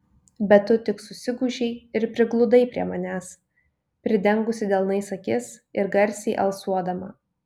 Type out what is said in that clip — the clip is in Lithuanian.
bet tu tik susigūžei ir prigludai prie manęs pridengusi delnais akis ir garsiai alsuodama